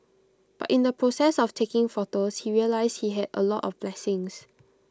but in the process of taking photos he realised he had A lot of blessings